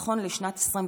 נכון לשנת 2021,